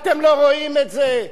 אתם לא רואים את זה?